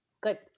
Good